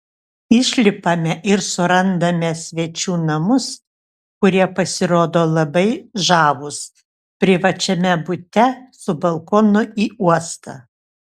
išlipame ir surandame svečių namus kurie pasirodo labai žavūs privačiame bute su balkonu į uostą